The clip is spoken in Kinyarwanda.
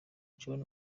john